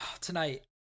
Tonight